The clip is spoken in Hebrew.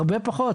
הרבה פחות.